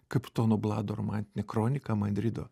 kapitono blado romatinė kronika main rido